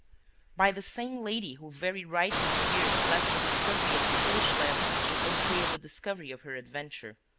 by the same lady, who very rightly feared lest the discovery of the jewish lamp should entail the discovery of her adventure.